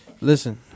listen